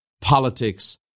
politics